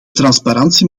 transparantie